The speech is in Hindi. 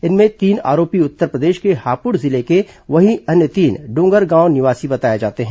इनमें तीन आरोपी उत्तरप्रदेश के हापूड़ जिले के वहीं अन्य तीन डोंगरगांव निवासी बताए जाते हैं